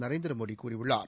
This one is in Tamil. நரேந்திரமோடி கூறியுள்ளார்